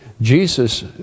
Jesus